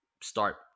start